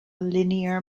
linear